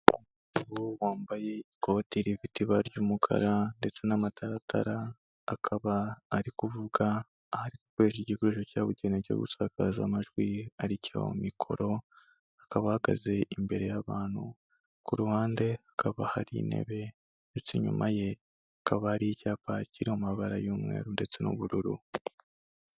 Wambaye ikoti rifite ibara ry'umukara ndetse n'amataratara akaba ari kuvuga aho ari gukoresha igikoresho cyabugenewe cyo gusakaza amajwi aricyo mikoro akaba ahagaze imbere y'abantu ku ruhande hakaba hari intebe ndetse inyuma ye hakaba hari icyapa kiri amabara y'umweru ndetse n'ubururu.